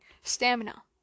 stamina